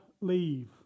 leave